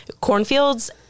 cornfields